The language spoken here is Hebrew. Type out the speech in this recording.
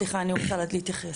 סליחה, אני רוצה רק להתייחס.